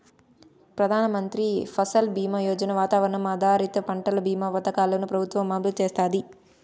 ప్రధాన మంత్రి ఫసల్ బీమా యోజన, వాతావరణ ఆధారిత పంటల భీమా పథకాలను ప్రభుత్వం అమలు చేస్తాంది